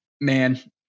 man